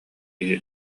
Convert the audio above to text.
киһи